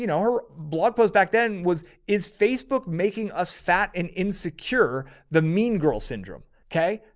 you know, her blog post back then was, is facebook making us fat and insecure the mean girl syndrome. okay.